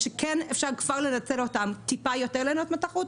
ואפשר לנצל אותם כדי ליהנות קצת יותר מהתחרות.